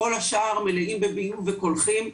כל השאר מלאים בביוב וקולחים,